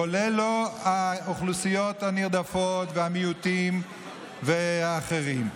כולל לא האוכלוסיות הנרדפות והמיעוטים ואחרים.